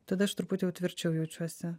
tada aš truputį jau tvirčiau jaučiuosi